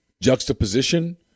juxtaposition